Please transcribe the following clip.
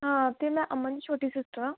ਹਾਂ ਅਤੇ ਮੈਂ ਅਮਨ ਛੋਟੀ ਸਿਸਟਰ ਹਾਂ